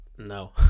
No